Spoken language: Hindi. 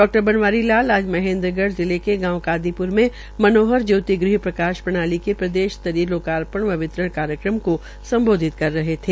डॉ बनवारी लाल आज महेंद्रगढ़ जिला के गांव कादीप्र में मनोहर ज्योति ग़ह प्रकाश प्रणाली के प्रदेश स्तरीय लोकार्पण व वितरण कार्यक्रम में संबोधित कर रहे थे